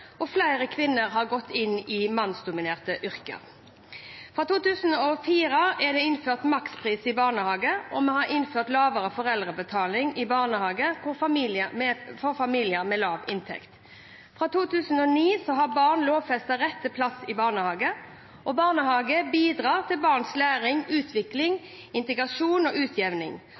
og flere kvinner har gått inn i mannsdominerte yrker. Fra 2004 er det innført makspris i barnehage, og vi har innført lavere foreldrebetaling i barnehagen for familier med lav inntekt. Fra 2009 har barn lovfestet rett til plass i barnehage, og barnehage bidrar til barns læring, utvikling, integrasjon og utjevning.